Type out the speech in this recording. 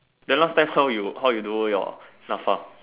then last time how you how you know your N_A_P_F_A